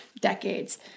decades